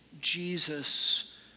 Jesus